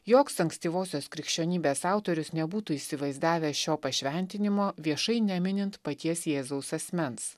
joks ankstyvosios krikščionybės autorius nebūtų įsivaizdavęs šio pašventinimo viešai neminint paties jėzaus asmens